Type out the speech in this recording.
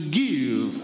give